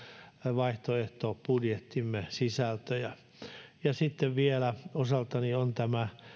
vaihtoehtobudjettimme sisältöä sitten vielä minun osaltani on tämä